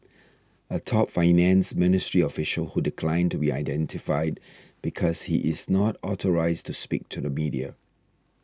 a top finance ministry official who declined to be identified because he is not authorised to speak to the media